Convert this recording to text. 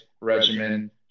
regimen